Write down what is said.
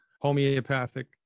homeopathic